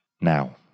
Now